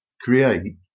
create